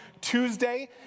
Tuesday